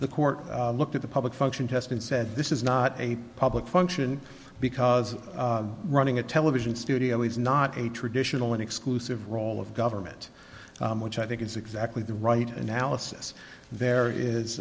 the court looked at the public function test and said this is not a public function because running a television studio is not a traditional and exclusive role of government which i think is exactly the right analysis there is